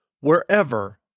wherever